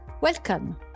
Welcome